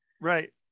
right